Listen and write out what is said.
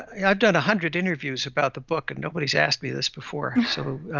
i have done a hundred interviews about the book and nobody has asked me this before. so